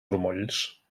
grumolls